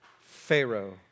Pharaoh